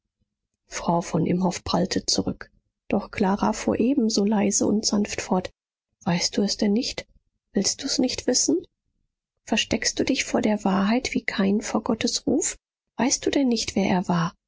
frau von imhoff prallte zurück doch clara fuhr ebenso leise und sanft fort weißt du es denn nicht willst du's nicht wissen versteckst du dich vor der wahrheit wie kain vor gottes ruf weißt du denn nicht wer er war